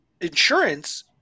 insurance